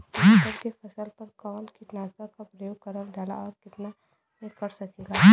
मटर के फसल पर कवन कीटनाशक क प्रयोग करल जाला और कितना में कर सकीला?